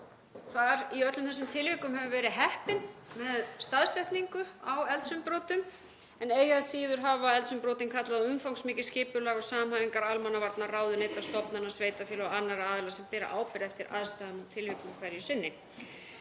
Í öllum þessum tilvikum höfum við verið heppin með staðsetningu á eldsumbrotum en eigi að síður hafa eldsumbrotin kallað á umfangsmikið skipulag og samhæfingu almannavarna, ráðuneyta, stofnana, sveitarfélaga og annarra aðila sem bera ábyrgð eftir aðstæðum og tilvikum hverju sinni.